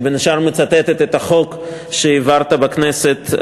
שבין השאר מצטטת את החוק שהעברת בכנסת.